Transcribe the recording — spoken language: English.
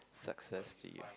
success to you